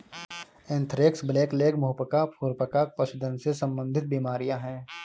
anthrax, blackleg, मुंह पका, खुर पका पशुधन से संबंधित बीमारियां हैं